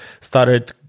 started